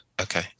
okay